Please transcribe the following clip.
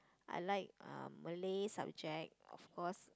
I like um Malay subject of course